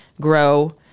grow